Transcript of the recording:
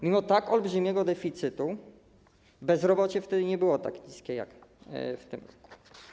Mimo tak olbrzymiego deficytu bezrobocie wtedy nie było tak niskie jak w tym roku.